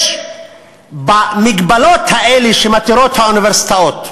יש במגבלות האלה שמתירות האוניברסיטאות,